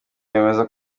wemeza